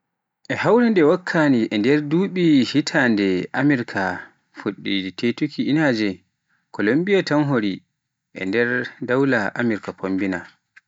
E hawre nde wakkani e nder duɓi hitande Amirk fuɗɗi tetuuki inaaje, Kolumbiya tan hori e nder dawla Amirka fombina.